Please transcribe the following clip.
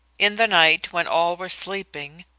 in the night, when all were sleeping,